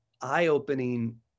eye-opening